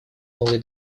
новый